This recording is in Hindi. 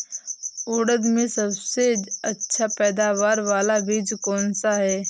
उड़द में सबसे अच्छा पैदावार वाला बीज कौन सा है?